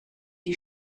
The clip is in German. die